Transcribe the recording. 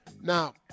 Now